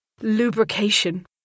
Lubrication